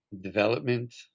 Development